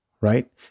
Right